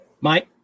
Mike